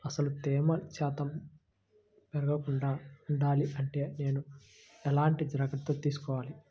అసలు తేమ శాతం పెరగకుండా వుండాలి అంటే నేను ఎలాంటి జాగ్రత్తలు తీసుకోవాలి?